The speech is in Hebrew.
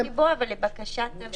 בעקבות הדיון ולבקשת הוועדה.